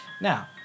Now